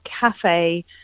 cafe